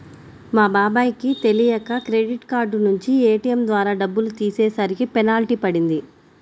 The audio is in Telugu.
మా బాబాయ్ కి తెలియక క్రెడిట్ కార్డు నుంచి ఏ.టీ.యం ద్వారా డబ్బులు తీసేసరికి పెనాల్టీ పడింది